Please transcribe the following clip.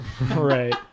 Right